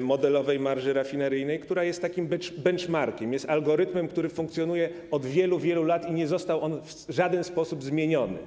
modelowej marży rafineryjnej, która jest takim benchmarkiem, jest algorytmem, który funkcjonuje od wielu, wielu lat i nie został w żaden sposób zmieniony.